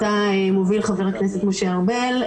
אותה מוביל חבר הכנסת משה ארבל,